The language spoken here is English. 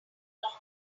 enough